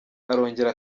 arongera